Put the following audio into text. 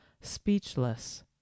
speechless